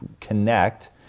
connect